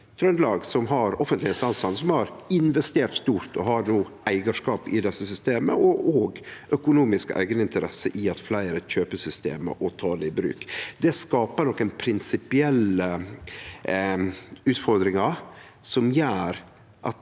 Trøndelag. Dei har investert stort, har no eigarskap til dette systemet og har økonomiske eigeninteresser i at fleire kjøper systemet og tek det i bruk. Det skaper nokre prinsipielle utfordringar som gjer at